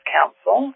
Council